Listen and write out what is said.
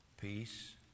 peace